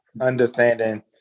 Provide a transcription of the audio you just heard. understanding